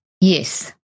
yes